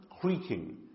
creaking